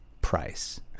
price